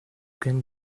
can